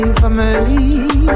family